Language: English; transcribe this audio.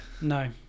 No